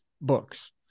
books